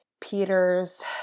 Peter's